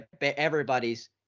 everybody's